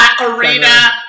Arena